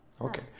Okay